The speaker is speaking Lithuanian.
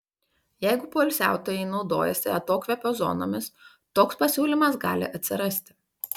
jeigu poilsiautojai naudojasi atokvėpio zonomis toks pasiūlymas gali atsirasti